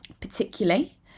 particularly